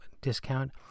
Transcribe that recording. discount